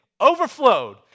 overflowed